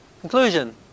conclusion